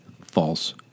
false